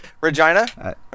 Regina